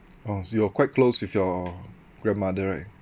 orh you are quite close with your grandmother right